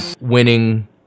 winning